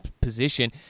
position